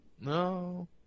No